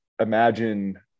imagine